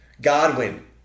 godwin